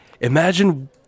Imagine